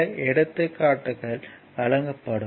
பல எடுத்துக்காட்டுகள் வழங்கப்படும்